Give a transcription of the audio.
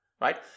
right